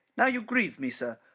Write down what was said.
now you grieve me, sir.